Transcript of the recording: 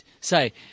say